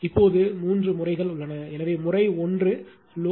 இப்போது3 முறைகள் உள்ளன எனவே முறை 1 லோடு